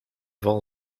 val